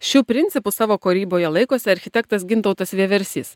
šių principų savo kūryboje laikosi architektas gintautas vieversys